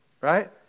Right